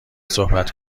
صحبت